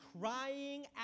crying